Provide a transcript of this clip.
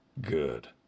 good